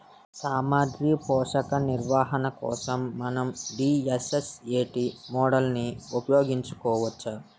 సామాగ్రి పోషక నిర్వహణ కోసం మనం డి.ఎస్.ఎస్.ఎ.టీ మోడల్ని ఉపయోగించవచ్చా?